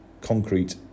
concrete